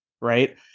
Right